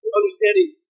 understanding